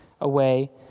away